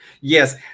Yes